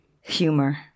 Humor